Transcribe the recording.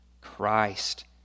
Christ